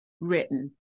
written